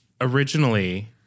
Originally